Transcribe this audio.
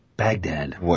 Baghdad